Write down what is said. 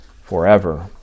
forever